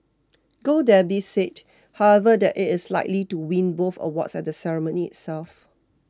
Gold Derby said however that it is likely to win both awards at the ceremony itself